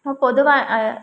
പൊതുവെ